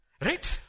Right